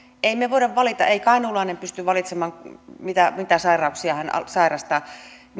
emme me voi valita ei kainuulainen pysty valitsemaan mitä mitä sairauksia hän sairastaa